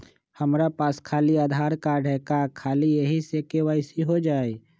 हमरा पास खाली आधार कार्ड है, का ख़ाली यही से के.वाई.सी हो जाइ?